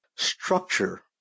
structure